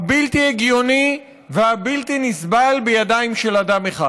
הבלתי-הגיוני והבלתי-נסבל בידיים של אדם אחד.